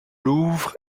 louvre